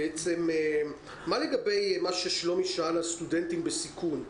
מה לגבי מה ששלומי שאל על סטודנטים בסיכון?